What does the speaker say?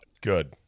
Good